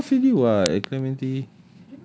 but he got house already [what] at clementi